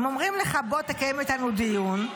הם אומרים לך: בוא תקיים איתנו דיון,